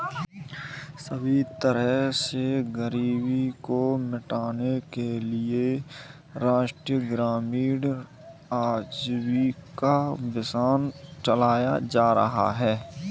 सभी तरह से गरीबी को मिटाने के लिये राष्ट्रीय ग्रामीण आजीविका मिशन चलाया जा रहा है